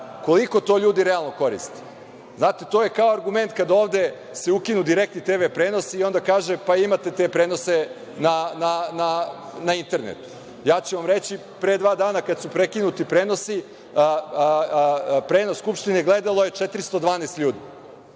Koliko to ljudi realno koriste? Znate, to je kao argument kada ovde se ukinu direktni TV prenosi i onda kažete - imate te prenose na internetu. Reći ću vam, pre dva dana kada su prekinuti prenosi, prenos Skupštine je gledalo 412 ljudi.